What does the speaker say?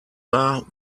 wahr